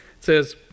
says